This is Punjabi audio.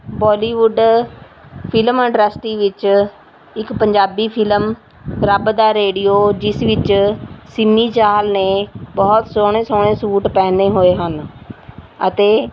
ਬਾਲੀਵੁੱਡ ਫਿਲਮ ਇੰਡਸਟਰੀ ਵਿੱਚ ਇੱਕ ਪੰਜਾਬੀ ਫਿਲਮ ਰੱਬ ਦਾ ਰੇਡੀਓ ਜਿਸ ਵਿੱਚ ਸਿੰਮੀ ਚਾਹਲ ਨੇ ਬਹੁਤ ਸੋਹਣੇ ਸੋਹਣੇ ਸੂ਼ਟ ਪਹਿਨੇ ਹੋਏ ਹਨ ਅਤੇ